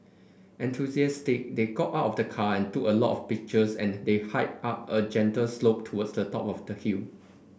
enthusiastic they got out of the car and took a lot of pictures and they hiked up a gentle slope towards the top of the hill